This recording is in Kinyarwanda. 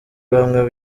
bamwe